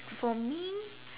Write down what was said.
for me